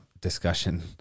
discussion